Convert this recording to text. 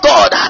God